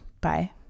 bye